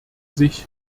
sich